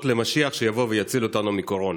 למשיח שיבוא ויציל אותנו מקורונה.